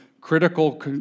critical